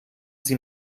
sie